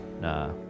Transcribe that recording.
Nah